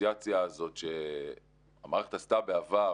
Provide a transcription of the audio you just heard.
הדיפרנציאציה הזאת שהמערכת עשתה בעבר,